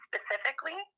Specifically